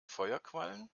feuerquallen